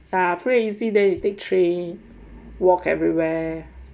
ya free and easy and you take train walk everywhere